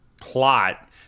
plot